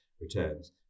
returns